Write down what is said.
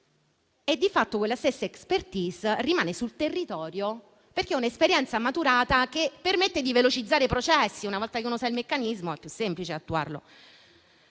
e acquisiscono una *expertise*, che rimane sul territorio, perché è un'esperienza maturata che permette di velocizzare i processi: una volta che uno conosce il meccanismo, è più semplice attuarlo.